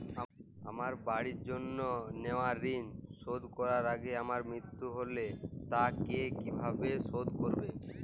আমার বাড়ির জন্য নেওয়া ঋণ শোধ করার আগে আমার মৃত্যু হলে তা কে কিভাবে শোধ করবে?